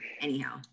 anyhow